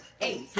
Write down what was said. eight